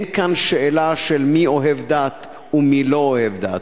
אין כאן שאלה של מי אוהב דת ומי לא אוהב דת,